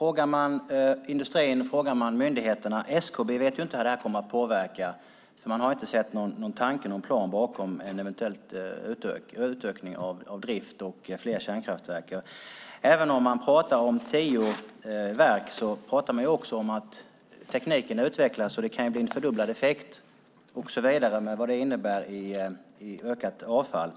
ingen inom industrin eller myndigheterna vet hur det här kommer att påverka. SKB vet inte, för man har inte sett någon plan bakom en eventuell utökning av driften och antalet kärnkraftverk. Även om man pratar om tio verk vet vi att tekniken utvecklas, så det kan innebära fördubblad effekt och så vidare, med allt vad det innebär av ökat avfall.